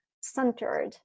centered